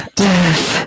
death